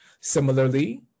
Similarly